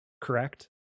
Correct